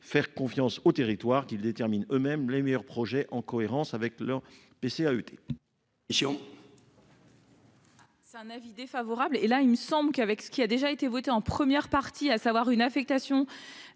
faire confiance aux territoires : qu'ils déterminent eux-mêmes les meilleurs projets, en cohérence avec leur PCAET